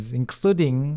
including